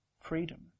freedom